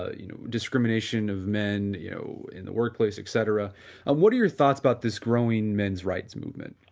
ah you know, discrimination of men, you know, in the workplace, etcetera. what are your thoughts about this growing men's rights movement?